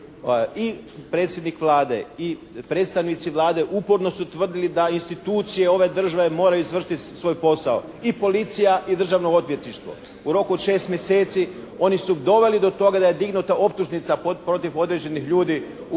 I predsjednik Vlade i predstavnici Vlade uporno su tvrdili da institucije ove države moraju izvršiti svoj posao i policija i Državno odvjetništvo. U roku od 6 mjeseci oni su doveli do toga da je dignuta optužnica protiv određenih ljudi u